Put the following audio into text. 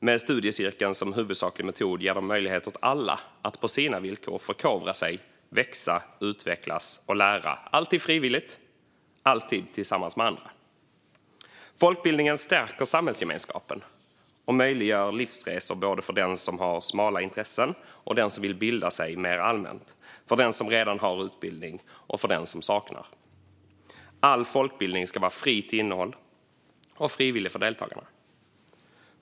Med studiecirkeln som huvudsaklig metod ger de möjlighet åt alla att på sina villkor förkovra sig, växa, utvecklas och lära - alltid frivilligt och alltid tillsammans med andra. Folkbildningen stärker samhällsgemenskapen och möjliggör livsresor både för den som har smala intressen och för den som vill bilda sig mer allmänt och både för den som redan har utbildning och för den som saknar sådan. All folkbildning ska vara fri till innehållet och frivillig för deltagarna.